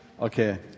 Okay